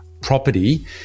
property